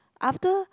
after